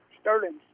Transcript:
Sterling